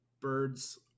Birds